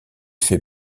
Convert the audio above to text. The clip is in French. fait